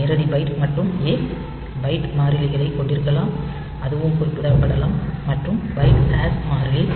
நேரடி பைட் மற்றும் A byte மாறிலியைக் கொண்டிருக்கலாம் அதுவும் குறிப்பிடப்படலாம் மற்றும் பைட் ஹாஷ் மாறிலி